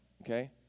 okay